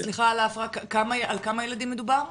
על כמה ילדים מדובר?